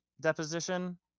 deposition